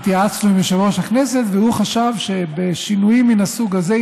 התייעצנו עם יושב-ראש הכנסת והוא חשב שבשינויים מן הסוג הזה,